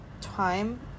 time